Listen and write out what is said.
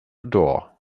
odor